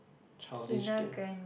childish kia